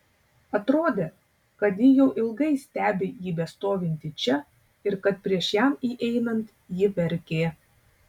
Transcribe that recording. atrodė kad ji jau ilgai stebi jį bestovintį čia ir kad prieš jam įeinant ji verkė